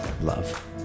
love